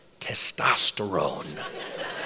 testosterone